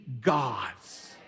gods